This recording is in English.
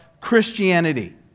Christianity